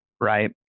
right